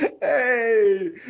Hey